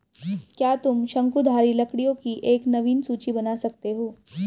क्या तुम शंकुधारी लकड़ियों की एक नवीन सूची बना सकते हो?